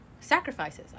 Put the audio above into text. Sacrifices